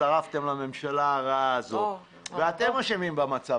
הצטרפתם לממשלה הרעה הזו ואתם אשמים במצב.